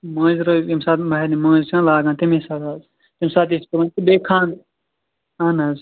مٲنٛزِِ رٲژ ییٚمہِ ساتہٕ مہرنہِ مٲنٛز چھَنا لاگان تَمی ساتہٕ حظ تمہِ ساتہٕ تہِ چھِ تُلٕنۍ بیٚیہِ خَانٛدرٕ اَہَن حظ